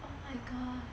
oh my god